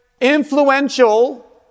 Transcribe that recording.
influential